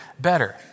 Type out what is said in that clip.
better